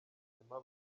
nyuma